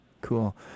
Cool